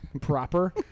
proper